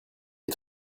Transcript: est